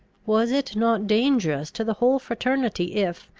was it not dangerous to the whole fraternity if,